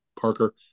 parker